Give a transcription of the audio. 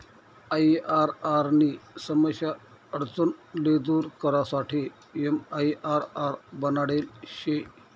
IRR नी समस्या आडचण ले दूर करासाठे एमआईआरआर बनाडेल शे